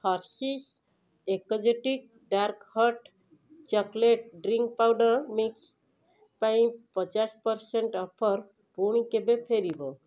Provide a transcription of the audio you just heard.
Hershey's exotic dark hot chocolate drink powder mix ପାଇଁ ପଚାଶ percent offer ପୁଣି କେବେ ଫେରିବ